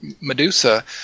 Medusa